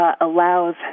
Allows